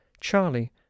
Charlie